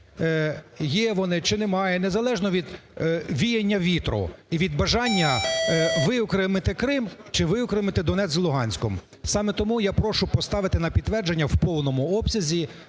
Є вони чи немає, незалежно від віяння вітру, і від бажання виокремити Крим, чи виокремити Донецьк з Луганськом. Саме тому я прошу поставити на підтвердження в повному обсязі